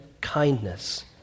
kindness